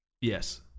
Yes